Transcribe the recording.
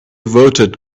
voted